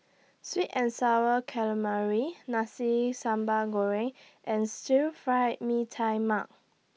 Sweet and Sour Calamari Nasi Sambal Goreng and Stir Fried Mee Tai Mak